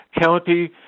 county